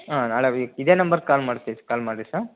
ಹಾಂ ನಾಳೆ ಬೆಳಿಗ್ಗೆ ಇದೇ ನಂಬರ್ಗೆ ಕಾಲ್ ಮಾಡ್ತಿವಿ ಕಾಲ್ ಮಾಡಿ ಸರ್